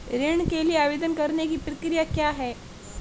ऋण के लिए आवेदन करने की प्रक्रिया क्या है?